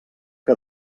que